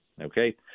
Okay